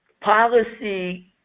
policy